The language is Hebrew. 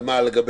על מה?